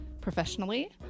professionally